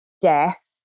death